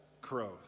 growth